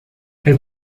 elle